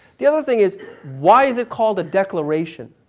the other thing is why is it called a declaration?